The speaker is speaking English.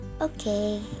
Okay